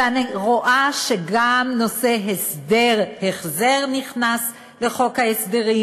ואני רואה שגם נושא הסדר החזר נכנס לחוק ההסדרים